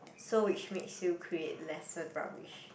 so which makes you create lesser rubbish